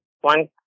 One